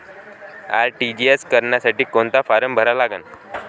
RTGS करासाठी कोंता form भरा लागन?